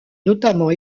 notamment